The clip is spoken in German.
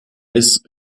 ist